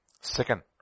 Second